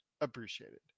appreciated